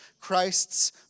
Christ's